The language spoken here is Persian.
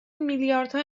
میلیاردها